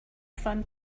fun